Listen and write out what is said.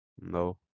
No